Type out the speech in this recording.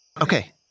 okay